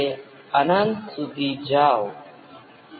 તેથી ઘણાં વિશ્લેષણ આના પર આધારિત છે